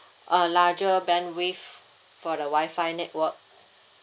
a larger bandwidth for the Wi-Fi network